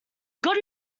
got